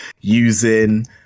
using